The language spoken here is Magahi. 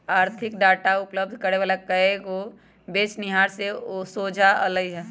आर्थिक डाटा उपलब्ध करे वला कएगो बेचनिहार से सोझा अलई ह